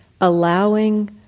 allowing